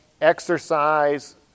exercise